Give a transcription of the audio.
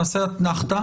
נעשה אתנחתא